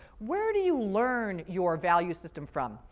where do you learn your value system from?